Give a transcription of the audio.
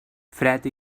fred